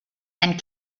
and